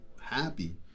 happy